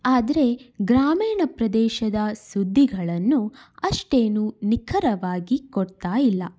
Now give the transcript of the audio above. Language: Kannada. ಆದರೆ ಗ್ರಾಮೀಣ ಪ್ರದೇಶದ ಸುದ್ದಿಗಳನ್ನು ಅಷ್ಟೇನೂ ನಿಖರವಾಗಿ ಕೊಡ್ತಾ ಇಲ್ಲ